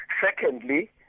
Secondly